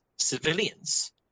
civilians